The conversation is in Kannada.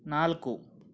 ನಾಲ್ಕು